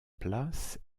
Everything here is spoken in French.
place